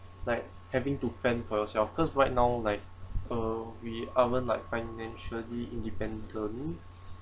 like having to fend for yourself because right now like uh we aren't like financially independent